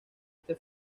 este